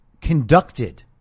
conducted